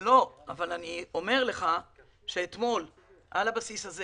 לא, אבל אני אומר לך שאתמול על הבסיס הזה